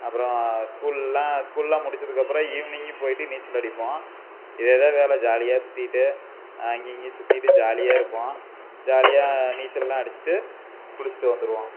அப்புறம் ஸ்கூலெல்லாம் ஸ்கூலெல்லாம் முடிச்சதுக்கப்புறம் ஈவினிங்கும் போய்விட்டு நீச்சல் அடிப்போம் இதே தான் வேலை ஜாலியாக சுற்றிட்டு அங்கிங்கேயும் சுற்றிட்டு ஜாலியாக இருப்போம் ஜாலியாக நீச்சலெல்லாம் அடிச்சுட்டு குளிச்சுட்டு வந்துடுவோம்